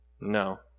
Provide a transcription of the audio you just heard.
No